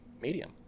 Medium